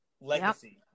legacy